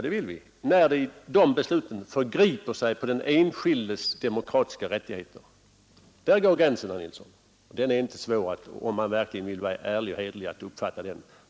Det vill vi, om besluten förgriper sig på den enskildes demokratiska rättigheter. Där går gränsen, herr Nilsson, och den är inte svår att uppfatta om man verkligen vill vara ärlig och redlig.